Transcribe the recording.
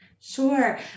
Sure